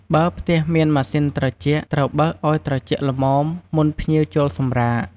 បើផ្ទះមានម៉ាស៊ីនត្រជាក់ ត្រូវបើកឱ្យត្រជាក់ល្មមមុនភ្ញៀវចូលសម្រាក។